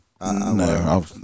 No